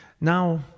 Now